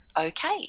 okay